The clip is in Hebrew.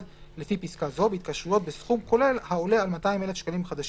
לפי פסקה זו בהתקשרויות בסכום כולל העולה על 200,000 שקלים חדשים,